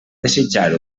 desitjar